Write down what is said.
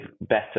better